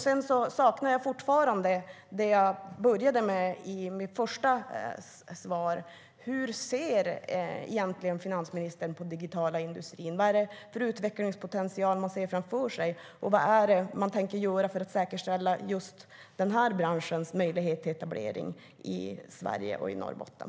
Sedan saknar jag fortfarande svar på det jag inledde med att fråga om: Hur ser finansministern egentligen på den digitala industrin? Vad är det för utvecklingspotential man ser, och vad tänker man göra för att säkerställa just den här branschens möjlighet till etablering i Sverige och i Norrbotten?